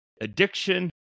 Addiction